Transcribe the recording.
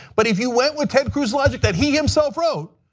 but if you went with ted cruz's logic that he himself wrote,